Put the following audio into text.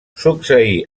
succeí